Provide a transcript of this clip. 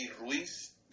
Ruiz